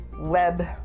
web